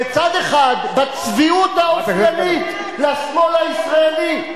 אז בצד אחד, בצביעות האופיינית לשמאל הישראלי,